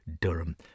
Durham